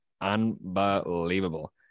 Unbelievable